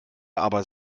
aber